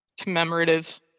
commemorative